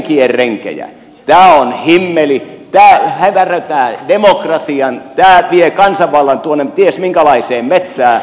tämä on himmeli tämä hämärtää demokratian tämä vie kansanvallan tuonne ties minkälaiseen metsään